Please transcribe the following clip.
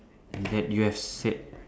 that you have said